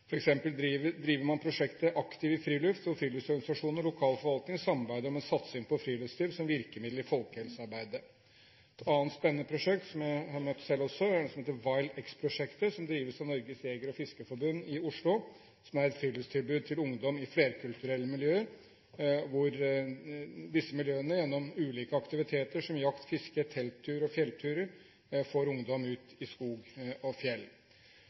driver man prosjektet Aktiv i Friluft, hvor friluftsorganisasjonene og lokal forvaltning samarbeider om en satsing på friluftsliv som virkemiddel i folkehelsearbeidet. Et annet spennende prosjekt, som jeg også kjenner til selv, heter Wild X, og drives av Norges Jeger- og Fiskerforbund i Oslo. Det er et friluftstilbud til ungdom i flerkulturelle miljøer, hvor ulike aktiviteter som jakt, fiske, teltturer og fjellturer får ungdom i disse miljøene ut i skog og fjell.